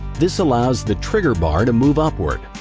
this allows the trigger bar to move upward.